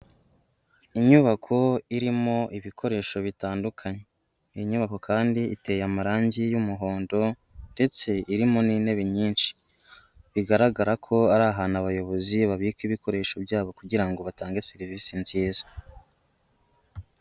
Inyubako irimo ibikoresho bitandukanye. Iyi nyubako kandi iteye amarangi y'umuhondo, ndetse irimo n'intebe nyinshi. Bigaragara ko ari ahantu abayobozi babika ibikoresho byabo kugira ngo batange serivisi nziza.